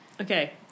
okay